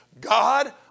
God